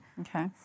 Okay